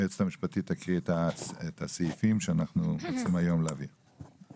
היועצת המשפטית תקריא את הסעיפים שאנחנו צריכים להביא היום.